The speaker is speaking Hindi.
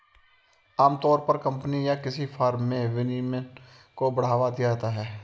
आमतौर पर कम्पनी या किसी फर्म में विनियमन को बढ़ावा दिया जाता है